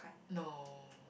no